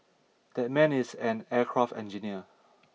that man is an aircraft engineer